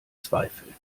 zweifeln